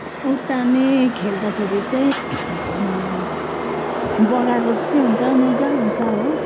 उत्ताने खेल्दाखेरि चाहिँ बगाएको जस्तै हुन्छ मजा आउँछ हो